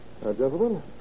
gentlemen